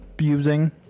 using